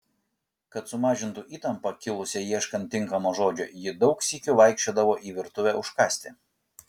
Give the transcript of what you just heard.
kad sumažintų įtampą kilusią ieškant tinkamo žodžio ji daug sykių vaikščiodavo į virtuvę užkąsti